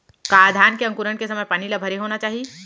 का धान के अंकुरण के समय पानी ल भरे होना चाही?